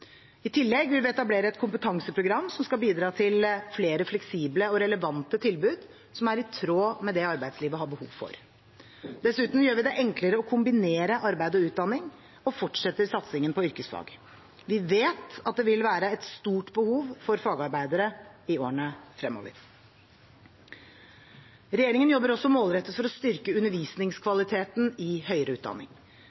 I tillegg vil vi etablere et kompetanseprogram som skal bidra til flere fleksible og relevante tilbud som er i tråd med det arbeidslivet har behov for. Dessuten gjør vi det enklere å kombinere arbeid og utdanning og fortsetter satsingen på yrkesfag. Vi vet at det vil være et stort behov for fagarbeidere i årene fremover. Regjeringen jobber også målrettet for å styrke